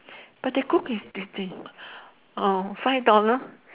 but their cook is orh five dollar